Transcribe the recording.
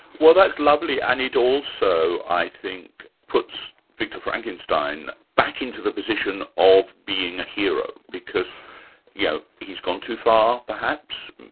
well that's lovely, and it also i think puts victor frankenstein back into the position of being a hero, because yeah he's gone too far, perhaps,